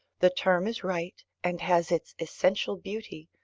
the term is right, and has its essential beauty,